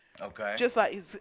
Okay